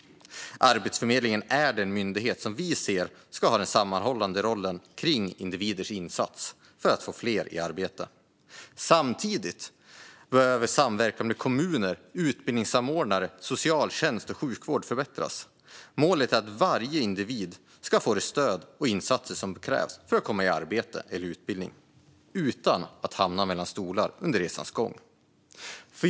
Arbetsförmedlingen är den myndighet som vi ser ska ha den sammanhållande rollen kring individers insats för att få fler i arbete. Samtidigt behöver samverkan med kommuner, utbildningssamordnare, socialtjänst och sjukvård förbättras. Målet är att varje individ ska få det stöd och de insatser som krävs för att komma i arbete eller utbildning utan att hamna mellan några stolar under resans gång.